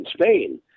Spain